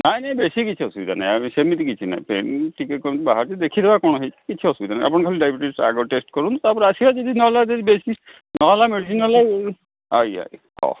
ନାଇଁ ନାଇଁ ବେଶୀ କିଛି ଅସୁବିଧା ନାହିଁ ସେମିତି କିଛି ନାହିଁ ଟିକେ କ'ଣ ବାହାରୁଛି ଦେଖିଦେବା କ'ଣ ହୋଇଛି କିଛି ଅସୁବିଧା ନାହିଁ ଆପଣ ଖାଲି ଡ଼ାଇବେଟିସ୍ ଟେଷ୍ଟ କରନ୍ତୁ ତାପରେ ଆସିବେ ଯଦି ନହେଲେ ବେଶୀ ନହେଲା ମେଡ଼ିସିନ୍ ନହେଲା ଆଜ୍ଞା ହଉ